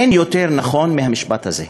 אין יותר נכון מהמשפט הזה.